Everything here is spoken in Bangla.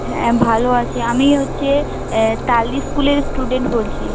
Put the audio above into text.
হ্যাঁ ভালো আছি আমি হচ্ছে তালদি স্কুলের স্টুডেন্ট বলছি